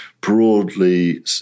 broadly